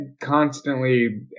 constantly